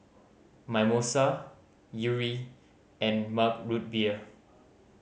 Mimosa Yuri and Mug Root Beer